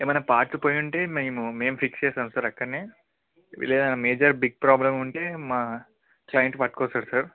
ఏమైనా పాట్స్ పోయుంటే మేము మేము ఫిక్స్ చేస్తాము సార్ అక్కడనే లేదా మేజర్ బిగ్ ప్రాబ్లం ఉంటే మా క్లయింట్ పట్టుకొస్తాడు సార్